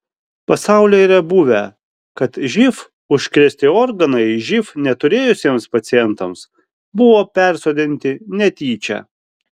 pasaulyje yra buvę kad živ užkrėsti organai živ neturėjusiems pacientams buvo persodinti netyčia